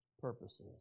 purposes